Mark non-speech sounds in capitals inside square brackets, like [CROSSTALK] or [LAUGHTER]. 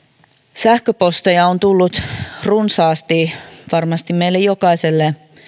sähköposteja on tullut runsaasti varmasti jokaiselle [UNINTELLIGIBLE]